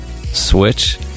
switch